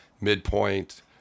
midpoint